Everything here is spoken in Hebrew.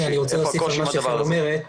איפה הקושי עם הדבר הזה?